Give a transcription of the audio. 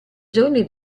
giorni